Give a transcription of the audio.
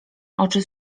oczy